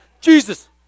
Jesus